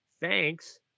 thanks